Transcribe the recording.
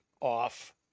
off